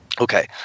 Okay